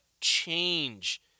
change